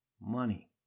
Money